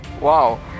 Wow